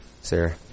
Sarah